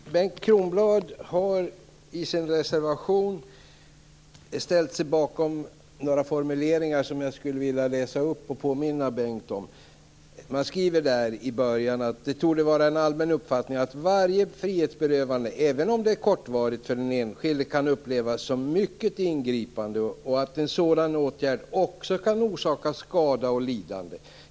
Herr talman! Bengt Kronblad har i sin reservation ställt sig bakom några formuleringar som jag skulle vilja läsa upp och påminna honom om. Han skriver: "Det torde vara en allmän uppfattning att varje frihetsberövande, även om det är kortvarigt, för den enskilde kan upplevas som mycket ingripande och att en sådan åtgärd också kan orsaka skada och lidande.